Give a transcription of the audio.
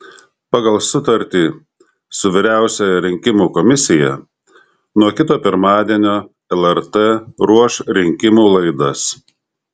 pagal sutartį su vyriausiąja rinkimų komisija nuo kito pirmadienio lrt ruoš rinkimų laidas